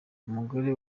umugore